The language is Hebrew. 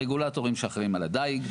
הרגולטורים שאחראיים על הדייג,